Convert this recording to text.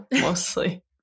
mostly